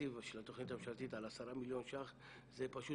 התקציב של התוכנית הממשלתית על 10 מיליון ₪ זו פשוט